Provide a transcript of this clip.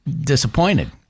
disappointed